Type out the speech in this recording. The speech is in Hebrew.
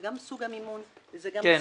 זה גם סוג המימון וגם סוג ההלוואות -- כן,